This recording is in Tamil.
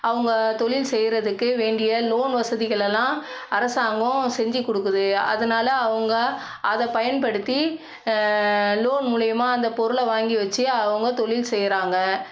அவங்க தொழில் செய்கிறதுக்கு வேண்டிய லோன் வசதிகள் எல்லாம் அரசாங்கம் செஞ்சு கொடுக்குது அதனால அவங்க அதை பயன்படுத்தி லோன் மூலயமா அந்த பொருளை வாங்கி வச்சு அவங்க தொழில் செய்கிறாங்க